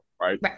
right